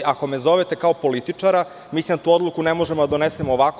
Ako me zovete kao političara, mislim da tu odluku ne možemo da donesemo ovako.